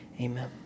amen